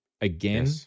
again